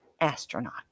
Astronaut